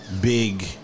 Big